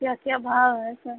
क्या क्या भाव है सब